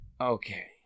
Okay